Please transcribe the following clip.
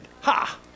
Ha